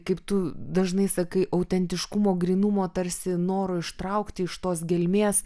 kaip tu dažnai sakai autentiškumo grynumo tarsi noro ištraukti iš tos gelmės